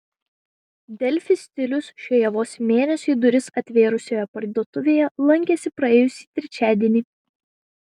delfi stilius šioje vos mėnesiui duris atvėrusioje parduotuvėje lankėsi praėjusį trečiadienį